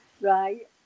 Right